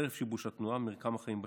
חרף שיבוש התנועה ומרקם החיים בשכונה.